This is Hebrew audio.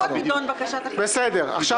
איפה תידון בקשת החסינות?